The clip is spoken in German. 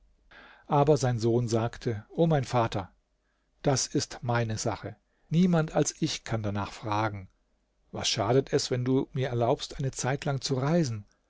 aber sein sohn sagte o mein vater das ist meine sache niemand als ich kann danach fragen was schadet es wenn du mir erlaubst eine zeitlang zu reisen